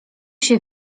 się